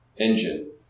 engine